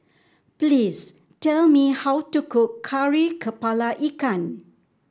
please tell me how to cook Kari kepala Ikan